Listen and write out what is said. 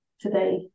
today